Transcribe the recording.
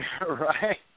Right